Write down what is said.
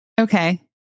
Okay